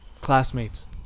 classmates